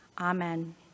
Amen